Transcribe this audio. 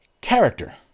character